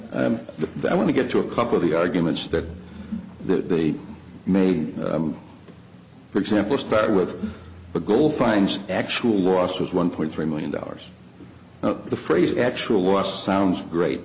that i want to get to a couple of the arguments that they made for example start with the goal fines actual loss was one point three million dollars the phrase actually lost sounds great